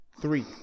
Three